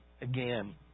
again